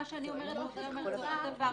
מה שאני אומרת ואודיה אומרת זה אותו דבר.